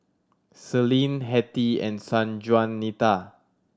Celine Hettie and Sanjuanita